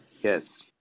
yes